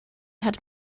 had